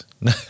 No